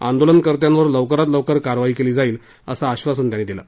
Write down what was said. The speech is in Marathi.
आंदोलनकर्त्यांवर लवकरात लवकर कारवाई केली जाईल असं आक्षासन त्यांनी दिलं